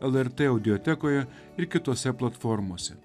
lrt audiotekoje ir kitose platformose